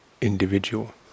individual